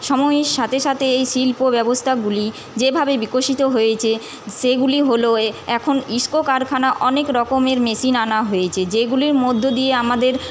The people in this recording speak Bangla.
সময়ের সাথে সাথে এই শিল্প ব্যবস্থাগুলি যেভাবে বিকশিত হয়েছে সেগুলি হলো এ এখন ইসকো কারখানা অনেক রকমের মেশিন আনা হয়েছে যেগুলির মধ্য দিয়ে আমাদের